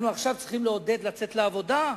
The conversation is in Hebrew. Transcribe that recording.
אנחנו צריכים לעודד לצאת לעבודה,